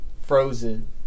frozen